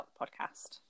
podcast